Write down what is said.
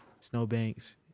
Snowbanks